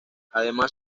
además